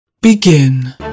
Begin